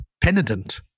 penitent